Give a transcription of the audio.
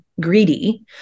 greedy